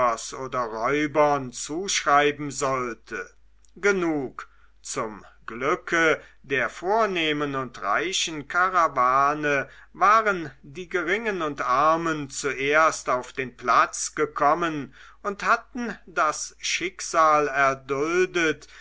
oder räubern zuschreiben sollte genug zum glücke der vornehmen und reichen karawane waren die geringen und armen zuerst auf den platz gekommen und hatten das schicksal erduldet